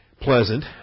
pleasant